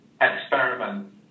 experiment